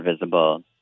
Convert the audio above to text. visible